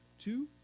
two